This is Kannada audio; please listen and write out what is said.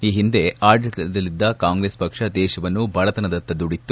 ಈ ಹಿಂದೆ ಆಡಳಿತದಲ್ಲಿದ್ದ ಕಾಂಗ್ರೆಸ್ ಪಕ್ಷ ದೇಶವನ್ನು ಬಡತನದತ್ತ ದೂಡಿತ್ತು